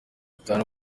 itanu